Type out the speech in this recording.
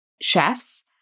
chefs